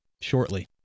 shortly